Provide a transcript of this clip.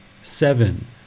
Seven